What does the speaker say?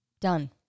done